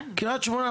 קריית שמונה,